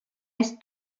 eest